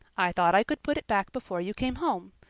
i thought i could put it back before you came home.